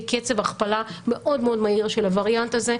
קצב הכפלה מאוד מאוד מהיר של הווריאנט הזה,